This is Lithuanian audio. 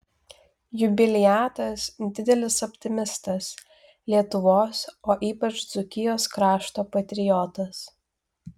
jubiliatas didelis optimistas lietuvos o ypač dzūkijos krašto patriotas